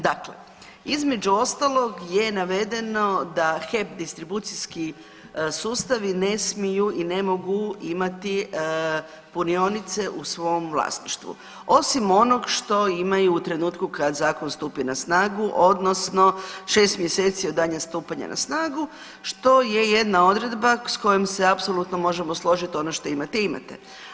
Dakle, između ostalog je navedeno da HEP distribucijski sustavi ne smiju i ne mogu imati punionice u svom vlasništvu, osim onog što imaju u trenutku kad zakon stupi na snagu odnosno 6 mjeseci od dana stupanja na snagu što je jedna odredba s kojom se apsolutno možemo složiti, ono što imate, imate.